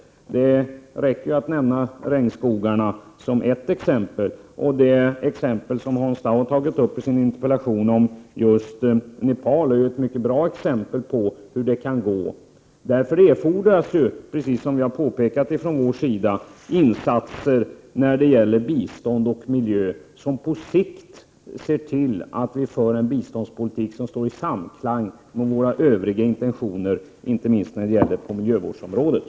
Det räcker att nämna regnskogarna som exempel. Också det som Hans Dau har tagit upp i sin interpellation om Nepal är ett mycket bra exempel på hur det kan gå. Därför erfordras, som vi har påpekat från vår sida, insatser i form av miljöbistånd vilka innebär att vår biståndspolitik på sikt står i samklang med våra övriga intentioner på inte minst miljövårdsområdet.